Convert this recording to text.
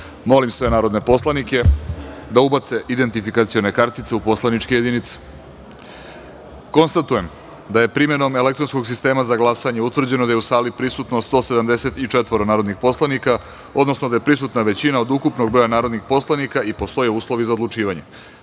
sve narodne poslanike da ubace identifikacione kartice u poslaničke jedinice. Konstatujem da je primenom elektronskog sistema za glasanje utvrđeno da su u sali prisutna 174 narodna poslanika, odnosno da je prisutna većina od ukupnog broja narodnih poslanika i postoje uslovi za odlučivanje. Prelazimo